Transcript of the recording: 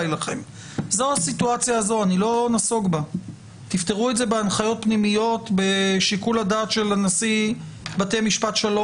סיטואציה אחת היא שנדון הליך פלילי בבית משפט שלום